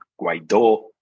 Guaidó